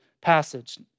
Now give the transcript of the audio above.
passage